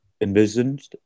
envisioned